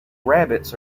rabbits